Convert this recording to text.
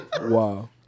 Wow